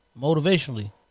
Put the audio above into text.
motivationally